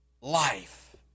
life